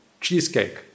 cheesecake